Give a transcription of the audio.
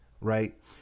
right